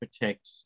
protect